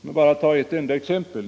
Jag vill ta ett enda exempel.